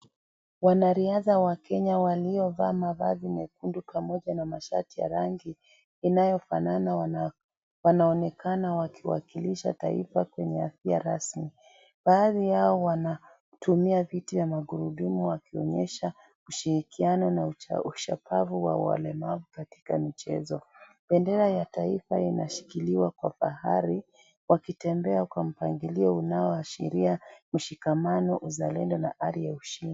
Wanariadha wa Kenya waliovaa mavazi mekundu pamoja na mashati ya rangi inayofanana wana wanaonekana wakiwakilisha taifa kwenye hafla rasmi . Baadhi yao wanatumia viti ya magurudumu wakionyesha ushirikiano na ushupavu wa walemavu katika michezo . Bendera ya taifa inashikiliwa kwa fahari wakitembea kwa mpangilio unaoashiria ushikamano , uzalendo na hali ya ushindi.